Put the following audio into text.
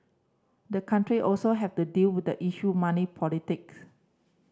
the country also have the deal with the issue money politics